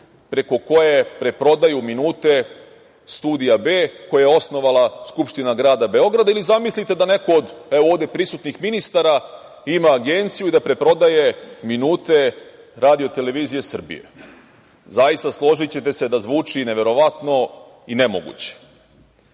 preko koje preprodaju minute „Studija B“ koji je osnovala Skupština grada Beograda ili zamislite da neko od ovde prisutnih ministara ima agenciju i da preprodaje minute RTS. Zaista, složićete se da zvuči neverovatno i nemoguće. Takođe,